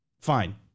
fine